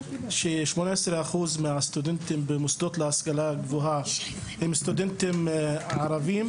18% מהסטודנטים במוסדות להשכלה גבוהה הם סטודנטים ערבים.